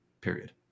period